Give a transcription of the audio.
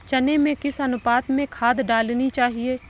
चने में किस अनुपात में खाद डालनी चाहिए?